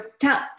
tell